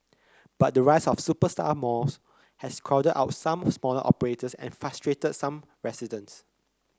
but the rise of superstar malls has crowded out some smaller operators and frustrated some residents